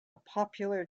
popular